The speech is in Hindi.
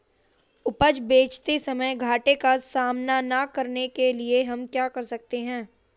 उपज बेचते समय घाटे का सामना न करने के लिए हम क्या कर सकते हैं?